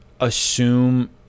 assume